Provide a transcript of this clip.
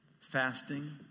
fasting